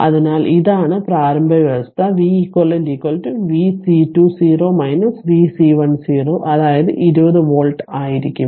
അതിനാൽ ഇതാണ് പ്രാരംഭ വ്യവസ്ഥ v c eq vC20 vC1 0 അതായത് 20 വോൾട്ട് ആയിരിക്കും